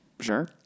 Sure